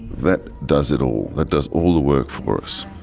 that does it all, that does all the work for us.